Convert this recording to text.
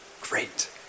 great